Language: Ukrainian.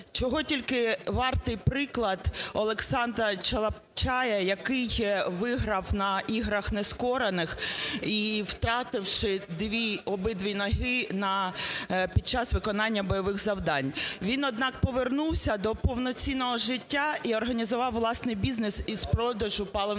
Чого тільки вартий приклад Олександра Чалапчія, який виграв на Іграх нескорених, втративший обидві ноги під час виконання бойових завдань. Він, однак, повернувся до повноцінного життя і організував власний бізнес із продажу паливних